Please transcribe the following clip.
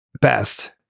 best